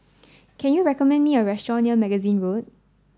can you recommend me a restaurant near Magazine Road